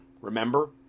remember